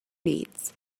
needs